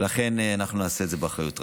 ולכן אנחנו נעשה את זה באחריות רבה.